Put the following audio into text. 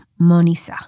Monisa